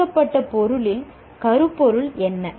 வழங்கப்பட்ட பொருளில் கருப்பொருள் என்ன